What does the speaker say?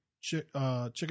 chicken